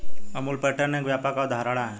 Amul pattern एक व्यापक अवधारणा है